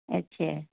अच्छा